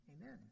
Amen